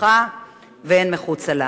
המשפחה והן מחוצה לה.